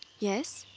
yes.